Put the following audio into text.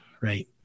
right